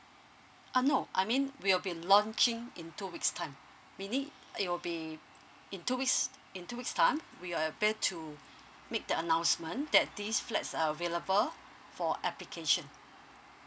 oh no I mean we'll be launching in two weeks time meaning it will be in two weeks in two weeks time we are back to make the announcement that these flats available for application